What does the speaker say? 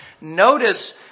Notice